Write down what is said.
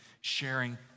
sharing